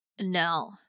No